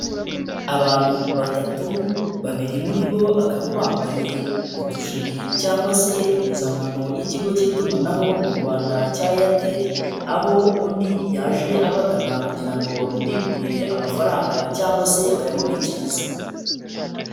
Abantu batatu babiri muri bo bakaba bambaye utujiri cyangwa se impuzankano y'ikigo cy'itumanaho mu Rwanda cya Airtel, aho undi yaje abagana kugira ngo bamubikuririre amafaranga cyangwa se bayamubikirize.